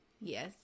Yes